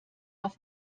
auf